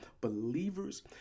believers